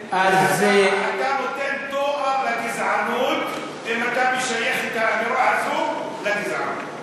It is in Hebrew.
אתה נותן תואר לגזענות אם אתה משייך את האמירה הזאת לגזענות.